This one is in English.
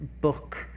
book